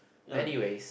anyways